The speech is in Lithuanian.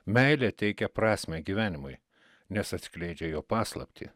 meilė teikia prasmę gyvenimui nes atskleidžia jo paslaptį